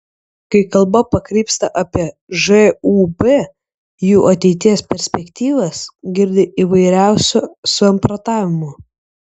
kai kalba pakrypsta apie žūb jų ateities perspektyvas girdi įvairiausių samprotavimų